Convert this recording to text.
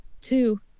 two